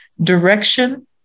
direction